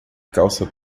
calça